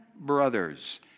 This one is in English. brothers